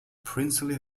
princely